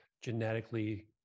genetically